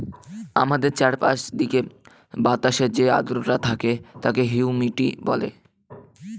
আমাদের চারিদিকের বাতাসে যে আদ্রতা থাকে তাকে হিউমিডিটি বলে